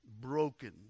broken